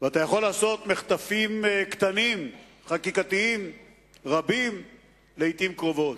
ואתה יכול לעשות מחטפים חקיקתיים קטנים רבים לעתים קרובות,